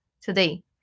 today